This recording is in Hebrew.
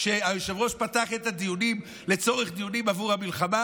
כשהיושב-ראש פתח את הדיונים לצורך דיונים עבור המלחמה?